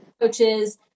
coaches